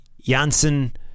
Janssen